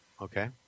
okay